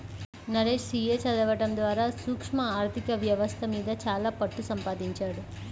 Naresh CA చదవడం ద్వారా సూక్ష్మ ఆర్ధిక వ్యవస్థ మీద చాలా పట్టుసంపాదించాడు